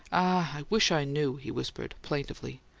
i wish i knew, he whispered, plaintively.